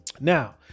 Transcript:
Now